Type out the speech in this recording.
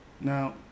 Now